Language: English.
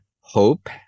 hope